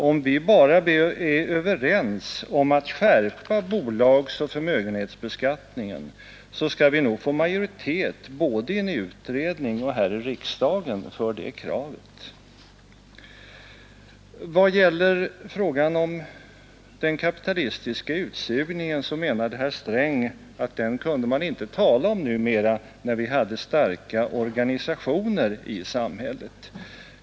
Om vi bara är överens om att skärpa bolagsoch förmögenhetsbeskattningen så skall vi nog få majoritet både i en utredning och här i riksdagen för det kravet. Vad gäller frågan om den kapitalistiska utsugningen menade herr Sträng att den kunde man inte tala om numera, när vi hade starka organisationer i samhället.